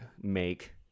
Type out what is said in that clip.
make